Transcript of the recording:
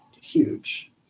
huge